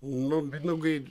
nu mindaugai